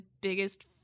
biggest